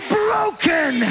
broken